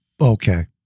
Okay